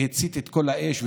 שהצית את כל האש,